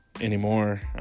anymore